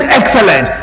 excellent